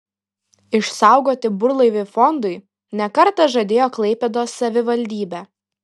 išsaugoti burlaivį fondui ne kartą žadėjo klaipėdos savivaldybė